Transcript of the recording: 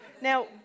Now